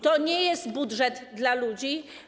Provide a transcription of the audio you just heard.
To nie jest budżet dla ludzi.